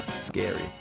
Scary